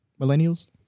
millennials